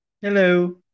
Hello